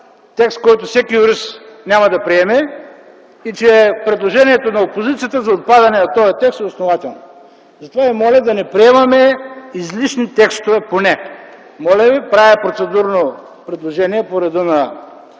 текст, който всеки юрист няма да приеме, и че предложението на опозицията за отпадане на този текст е основателно. Затова ви моля да не приемаме излишни текстове поне. Правя процедурно предложение по реда